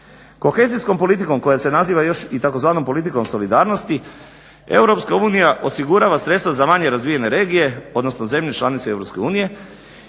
Kohezijskom politikom koja se naziva još i tzv. politikom solidarnosti Europska unija osigurava sredstva za manje razvijene regije, odnosno zemlje članice